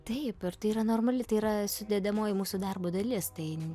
taip ir tai yra normali tai yra sudedamoji mūsų darbo dalis tai